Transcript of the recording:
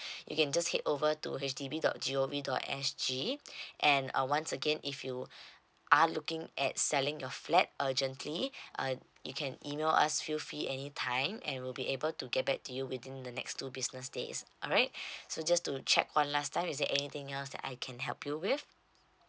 you can just head over to H D B dot G O V dot S G and uh once again if you are looking at selling your flat urgently uh you can email us feel free any time and will be able to get back to you within the next two business days alright so just to check one last time is there anything else that I can help you with